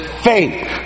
faith